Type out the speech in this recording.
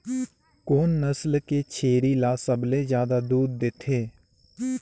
कोन नस्ल के छेरी ल सबले ज्यादा दूध देथे?